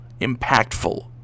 impactful